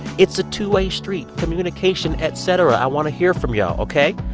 it's a two-way street communication, et cetera. i want to hear from y'all, ok?